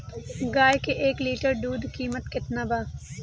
गाय के एक लीटर दूध कीमत केतना बा?